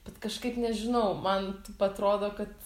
bet kažkaip nežinau man taip atrodo kad